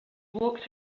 walked